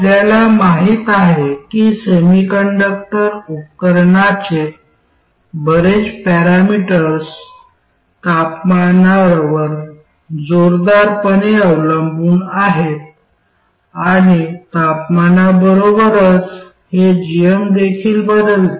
आपल्याला माहिती आहे की सेमीकंडक्टर उपकरणाचे बरेच पॅरामीटर्स तपमानावर जोरदारपणे अवलंबून आहेत आणि तापमानासोबत हे gm देखील बदलते